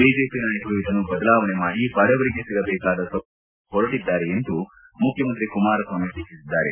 BJP ನಾಯಕರು ಇದನ್ನು ಬದಲಾವಣೆ ಮಾಡಿ ಬಡವರಿಗೆ ಸಿಗಬೇಕಾದ ಸೌಲಭ್ವಗಳನ್ನು ಕಸಿಯಲು ಹೊರಟಿದ್ದಾರೆ ಎಂದು ಮುಖ್ವಮಂತ್ರಿ ಕುಮಾರಸ್ವಾಮಿ ಟೀಕಿಸಿದರು